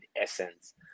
essence